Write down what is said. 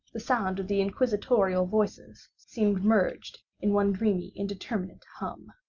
the sound of the inquisitorial voices seemed merged in one dreamy indeterminate hum.